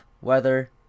weather